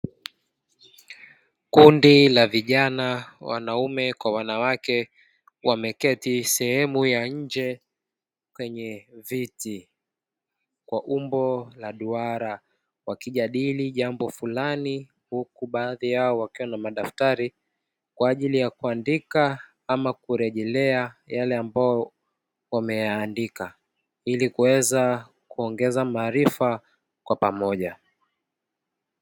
Kundi la vijana wanaume kwa wanawake wameketi sehemu ya nje kwenye viti kwa umbo la duara, wakijadili jambo fulani; huku baadhi yao wakiwa na madaftari kwa ajili ya kuandika ama kurejelea yale ambayo wameyaandika ili kuweza kuongeza maarifa kwa pamoja.